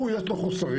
הוא יש לו חוסרים.